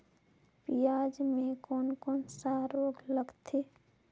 पियाज मे कोन कोन सा रोग लगथे?